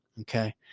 okay